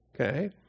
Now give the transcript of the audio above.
Okay